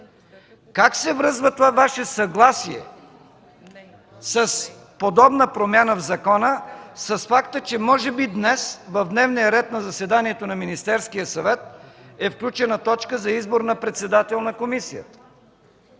Как се връзва това Ваше съгласие с подобна промяна в закона с факта, че може би днес в дневния ред на заседанието на Министерския съвет е включена точка за избор на председател на комисията?